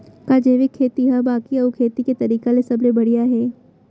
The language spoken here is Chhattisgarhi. का जैविक खेती हा बाकी अऊ खेती के तरीका ले सबले बढ़िया हे?